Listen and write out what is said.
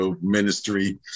ministry